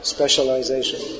Specialization